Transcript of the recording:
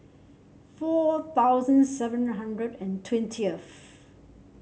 four thousand seven hundred and twentieth